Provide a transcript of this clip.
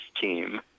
team